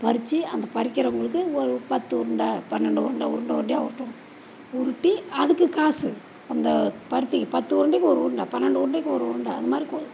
பறித்து அந்த பறிக்கிறவங்களுக்கு ஒரு பத்து உருண்டை பன்னெண்டு உருண்டை உருண்டை உருண்டையாக உருட்டுவோம் உருட்டி அதுக்கு காசு அந்த பருத்திக்கு பத்து உருண்டைக்கு ஒரு உருண்டை பன்னெண்டு உருண்டைக்கு ஒரு உருண்டை அந்த மாதிரி கோ